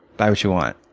buy what you want.